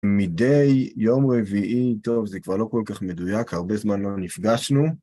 מדי יום רביעי, טוב, זה כבר לא כל כך מדוייק, הרבה זמן לא נפגשנו.